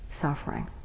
suffering